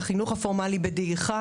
צריך להגיד שהבנו שהחינוך הפורמלי בדעיכה.